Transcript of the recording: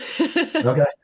Okay